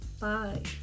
bye